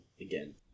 again